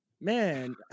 Man